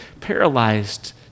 paralyzed